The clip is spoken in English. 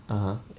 (uh huh)